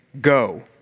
Go